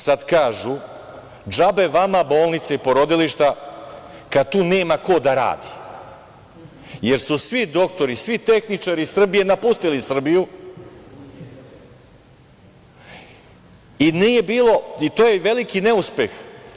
Sad kažu – džabe vama bolnice i porodilišta kad tu nema ko da radi, jer su svi doktori, svi tehničari Srbije napustili Srbiju i to je veliki neuspeh.